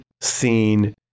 seen